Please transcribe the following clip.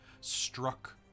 struck